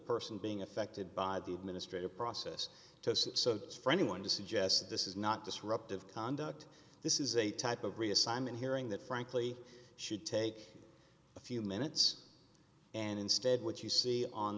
person being affected by the administrative process so for anyone to suggest this is not disruptive conduct this is a type of reassignment hearing that frankly should take a few minutes and instead what you see on